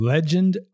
Legend